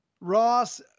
Ross